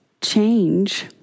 change